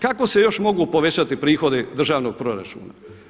Kako se još mogu povećati prihodi državnog proračuna?